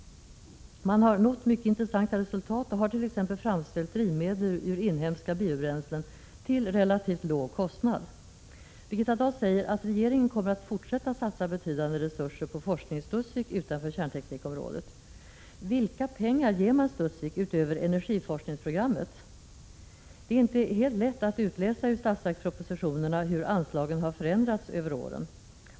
Man har nått mycket intressanta resultat och har t.ex. till relativt låg kostnad framställt drivmedel ur inhemska biobränslen. Birgitta Dahl säger att regeringen kommer att fortsätta satsa betydande resurser på forskning i Studsvik utanför kärnteknikområdet. Vilka pengar ger man Studsvik utöver energiforskningsprogrammet? Det är inte helt lätt att utläsa ur budgetpropositionerna hur anslagen har förändrats under åren.